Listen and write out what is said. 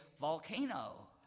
volcano